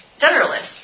generalists